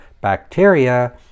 bacteria